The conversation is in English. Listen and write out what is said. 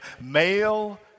male